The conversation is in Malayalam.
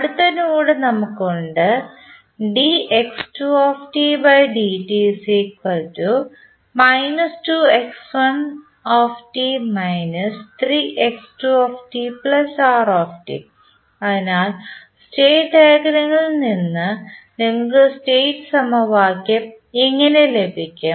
അടുത്ത നോഡ് നമുക്ക് ഉണ്ട് അതിനാൽ സ്റ്റേറ്റ് ഡയഗ്രാമിൽ നിന്ന് നിങ്ങൾക്ക് സ്റ്റേറ്റ് സമവാക്യം ഇങ്ങനെ ലഭിക്കും